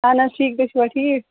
اَہن حظ ٹھیٖک تُہۍ چھُوا ٹھیٖک